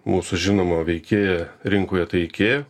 mūsų žinomo veikėją rinkoje tai ikea